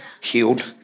healed